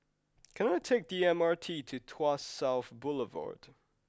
can I take the M R T to Tuas South Boulevard